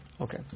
Okay